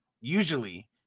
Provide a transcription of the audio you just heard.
usually